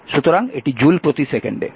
সুতরাং এটি জুল প্রতি সেকেন্ডে